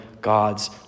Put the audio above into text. God's